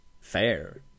Fair